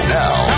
now